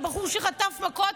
הבחור שחטף מכות,